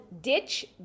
Ditch